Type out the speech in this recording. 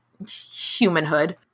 humanhood